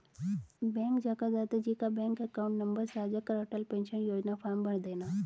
bank जाकर दादा जी का बैंक अकाउंट नंबर साझा कर अटल पेंशन योजना फॉर्म भरदेना